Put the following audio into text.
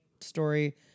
Story